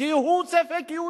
כי הוא ספק-יהודי.